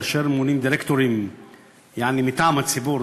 כאשר ממונים דירקטורים מטעם הציבור,